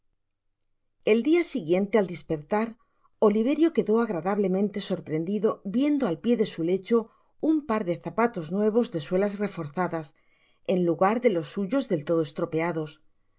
l dia siguiente al dispertar oliverio quedó agradablemente sorprendido viendo al pié de su lecho un par de zapatos nuevos de suelas reforzadas en lugar de los suyos del todo estropeados